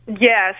Yes